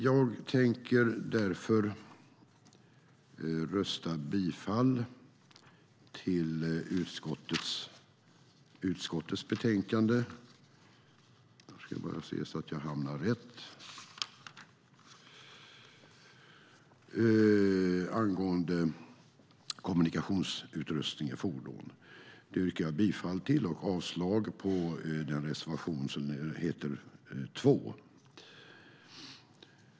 Jag tänker därför yrka bifall till förslaget i utskottets betänkande angående kommunikationsutrustning i fordon och avslag på reservation 2.